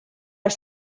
are